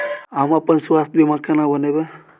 हम अपन स्वास्थ बीमा केना बनाबै?